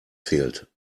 fehlt